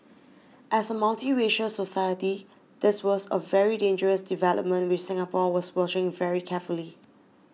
as a multiracial society this was a very dangerous development which Singapore was watching very carefully